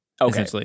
Okay